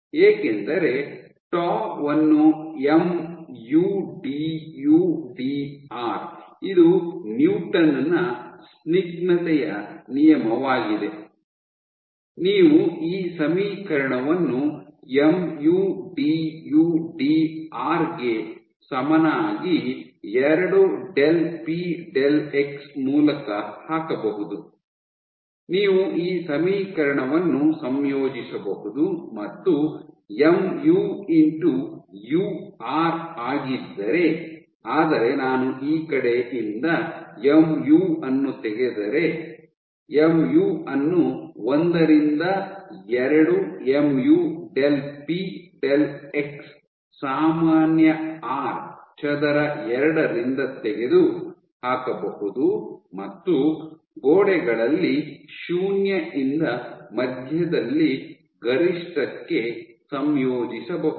ಏಕೆಂದರೆ ಟೌ ವನ್ನು mu D U D R ಇದು ನ್ಯೂಟನ್ ನ ಸ್ನಿಗ್ಧತೆಯ ನಿಯಮವಾಗಿದೆ ನೀವು ಈ ಸಮೀಕರಣವನ್ನು ಎಂಯು ಡಿಯು ಡಿಆರ್ ಆರ್ ಗೆ ಸಮನಾಗಿ ಎರಡು ಡೆಲ್ ಪಿ ಡೆಲ್ ಎಕ್ಸ್ ಮೂಲಕ ಹಾಕಬಹುದು ನೀವು ಈ ಸಮೀಕರಣವನ್ನು ಸಂಯೋಜಿಸಬಹುದು ಮತ್ತು ಎಂಯು ಇಂಟು ಯು ಆರ್ ಆಗಿದ್ದರೆ ಆದರೆ ನಾನು ಈ ಕಡೆಯಿಂದ ಎಂಯು ಅನ್ನು ತೆಗೆದರೆ ಎಂಯು ಅನ್ನು ಒಂದರಿಂದ ಎರಡು mu del P del X ಸಾಮಾನ್ಯ ಆರ್ ಚದರ ಎರಡರಿಂದ ತೆಗೆದು ಹಾಕಬಹುದು ಮತ್ತು ಗೋಡೆಗಳಲ್ಲಿ ಶೂನ್ಯದಿಂದ ಮಧ್ಯದಲ್ಲಿ ಗರಿಷ್ಠಕ್ಕೆ ಸಂಯೋಜಿಸಬಹುದು